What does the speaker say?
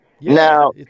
Now